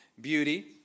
beauty